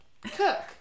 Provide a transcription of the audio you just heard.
cook